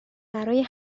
برای